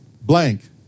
blank